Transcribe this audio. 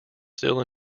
still